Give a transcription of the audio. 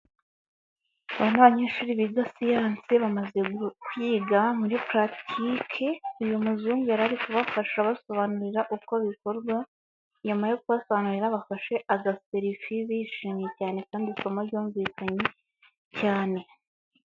Aba ni abanyeshuri biga siyansi bamaze kuyiga muri puratike, uyu muzungu kubafasha abasobanurira uko bikorwa, nyuma yo kubasobanurira bafashe agaserifi bishimye cyane kandi ko isomo ryumvikanye cyane.